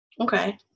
okay